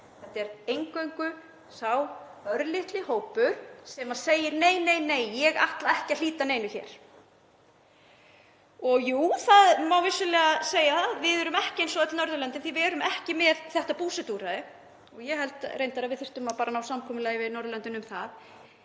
Þetta er eingöngu sá örlitli hópur sem segir: Nei, nei, nei, ég ætla ekki að hlíta neinu hér. Jú, það má vissulega segja að við séum ekki eins og öll önnur Norðurlönd því að við erum ekki með þetta búsetuúrræði. Ég held reyndar að við þyrftum bara að ná samkomulagi við Norðurlöndin um það,